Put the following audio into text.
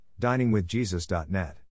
diningwithjesus.net